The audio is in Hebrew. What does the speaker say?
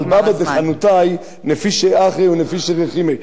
על בבא דחנותאי רב נפישי אחי ורחימי,